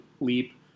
leap